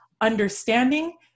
understanding